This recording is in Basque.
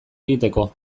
egiteko